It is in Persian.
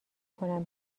کنم